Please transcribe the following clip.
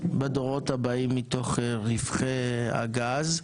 בדורות הבאים מתוך רווחי הגז.